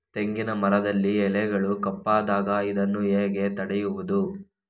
ತೆಂಗಿನ ಮರದಲ್ಲಿ ಎಲೆಗಳು ಕಪ್ಪಾದಾಗ ಇದನ್ನು ಹೇಗೆ ತಡೆಯುವುದು?